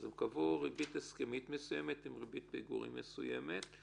אז הם קבעו ריבית הסכמית מסוימת עם ריבית פיגורים מסוימת.